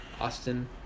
Austin